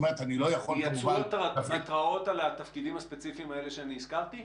יצאו התראות על התפקידים הספציפיים האלה שאני הזכרתי?